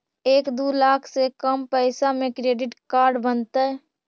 एक दू लाख से कम पैसा में क्रेडिट कार्ड बनतैय?